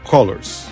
Colors